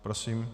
Prosím.